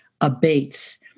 abates